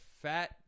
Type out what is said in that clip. fat